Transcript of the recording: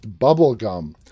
Bubblegum